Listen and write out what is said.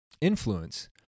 influence